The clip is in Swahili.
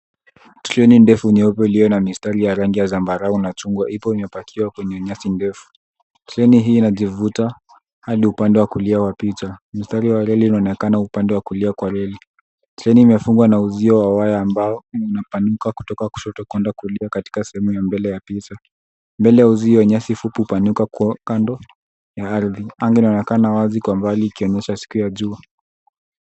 Treni ndefu nyeupe iliyo na mistari ya rangi ya zambarau na chungwa ipo imepakiwa kwenye nyasi ndefu, treni hii inajivuta hadi upande wa kulia wa picha ,mstari wa reli inaonekana upande wa kulia kwa reli treni imefungwa na uzio wa waya ambao umepanuka kutoka kushoto kwenda kulia katika sehemu ya mbele ya picha , mbele ya uzio wa nyasi fupi umepanuka kuwa kando ya ardhi anga unaonekana wazi kwa mbali ikionyesha siku ya jua.